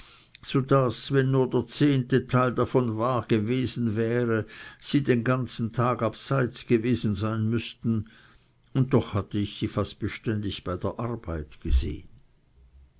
so daß wenn nur der zehnteste teil davon wahr gewesen wäre sie den ganzen tag abseits gewesen sein müßten und doch hatte ich sie fast beständig in der arbeit gesehen